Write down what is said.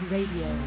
Radio